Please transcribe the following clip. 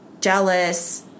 jealous